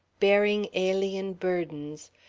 bearing alien burdens,